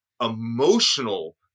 emotional